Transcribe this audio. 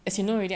ya